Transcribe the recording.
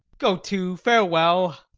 go to farewell.